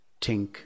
Tink